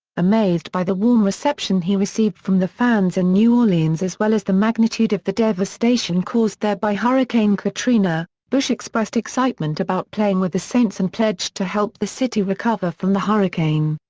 amazed by the warm reception he received from the fans in new orleans as well as the magnitude of the devastation caused there by hurricane katrina, bush expressed excitement about playing with the saints and pledged to help the city recover from the hurricane.